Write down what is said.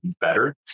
better